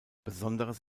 besonderes